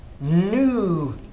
new